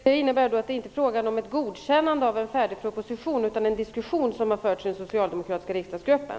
Herr talman! Detta innebär då att det inte är frågan om ett godkännande av en färdig proposition, utan en diskussion som förts i den socialdemokratiska riksdagsgruppen?